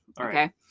Okay